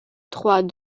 trois